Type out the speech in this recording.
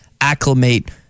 acclimate